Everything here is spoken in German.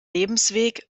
lebensweg